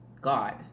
God